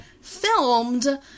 filmed